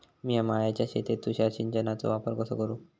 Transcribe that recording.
मिया माळ्याच्या शेतीत तुषार सिंचनचो वापर कसो करू?